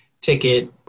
ticket